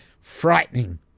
Frightening